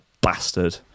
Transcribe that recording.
bastard